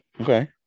Okay